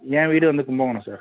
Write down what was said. என் வீடு வந்து கும்பகோணம் சார்